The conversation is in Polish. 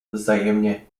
wzajemnie